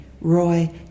Roy